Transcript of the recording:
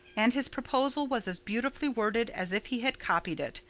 and his proposal was as beautifully worded as if he had copied it,